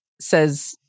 says